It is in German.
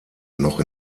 noch